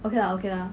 okay lah okay lah